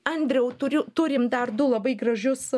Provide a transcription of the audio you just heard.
andriau turiuturim dar du labai gražius